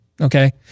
Okay